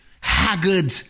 haggard